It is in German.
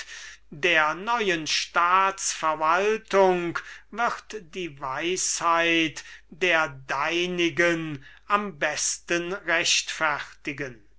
der neuen staats-verwaltung wird die weisheit der deinigen am besten rechtfertigen